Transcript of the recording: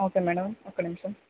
okay madam ఒక్క నిమిషం